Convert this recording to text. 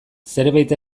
zerbait